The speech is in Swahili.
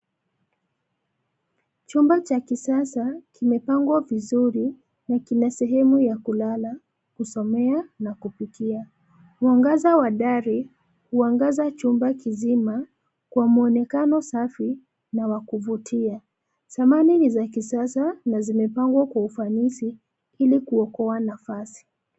Chumba cha kisasa kimepangwa vizuri, na kina sehemu ya kulala, kusomea na kupikia, mwangaza wa dari, huangaza chumba kizima, kwa mwonekano safi, na wakuvutia, samani ni za kisasa na zimepangwa kwa ufanisi, ilikuokoa nafasi.